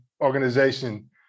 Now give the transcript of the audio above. organization